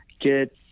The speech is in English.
get